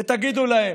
תגידו להם: